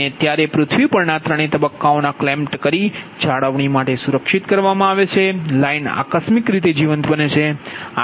અને ત્યારે પૃથ્વી પરના ત્રણેય તબક્કાઓને ક્લેમ્પ્ટ કરીને જાળવણી માટે સુરક્ષિત કરવામાં આવેલી લાઇન આકસ્મિક રીતે જીવંત બને છે